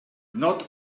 not